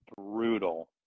brutal